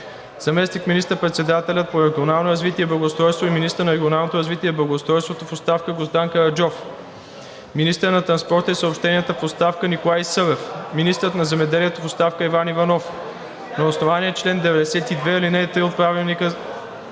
заместник министър-председателят по регионалното развитие и благоустройството и министър на регионалното развитие и благоустройството в оставка Гроздан Караджов; - министърът на транспорта и съобщенията в оставка Николай Събев; - министърът на земеделието в оставка Иван Иванов. На основание чл. 92, ал. 3 от ПОДНС поради